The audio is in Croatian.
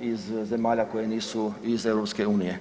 iz zemalja koje nisu iz Europske unije.